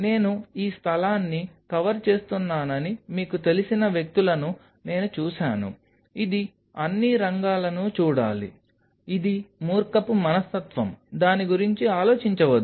నేను ఈ స్థలాన్ని కవర్ చేస్తున్నానని మీకు తెలిసిన వ్యక్తులను నేను చూశాను ఇది అన్ని రంగాలను చూడాలి ఇది మూర్ఖపు మనస్తత్వం దాని గురించి ఆలోచించవద్దు